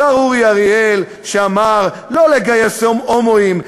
השר אורי אריאל שאמר: לא לגייס הומואים,